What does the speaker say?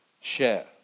Share